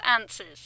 answers